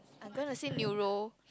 I'm gonna see neuro~